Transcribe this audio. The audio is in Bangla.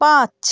পাঁচ